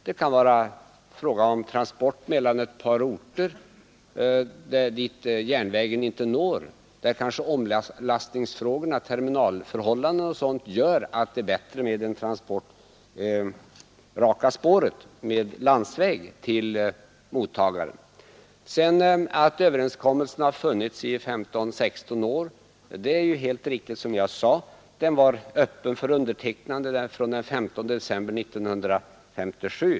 Det kan vara fråga om transport mellan ett par orter dit järnvägen inte når; omlastningsförhållanden, terminalfrågor, osv. kan göra att en transport på landsväg raka spåret till mottagaren är bättre. Att överenskommelsen funnits i 15—16 år, som jag sade, är helt riktigt. Den var öppen för undertecknande från den 15 december 1957.